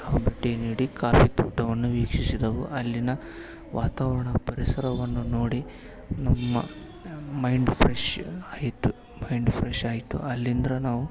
ಭೇಟಿ ನೀಡಿ ಕಾಪಿ ಕೂಟವನ್ನು ವೀಕ್ಷಿಸಿದೆವು ಅಲ್ಲಿನ ವಾತಾವರಣ ಪರಿಸರವನ್ನು ನೋಡಿ ನಮ್ಮ ಮೈಂಡ್ ಫ್ರೆಶ್ ಆಯಿತು ಮೈಂಡ್ ಫ್ರೆಶ್ ಆಯಿತು ಅಲ್ಲಿಂದ್ರ ನಾವು